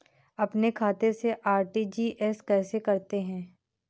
अपने खाते से आर.टी.जी.एस कैसे करते हैं?